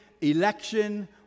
election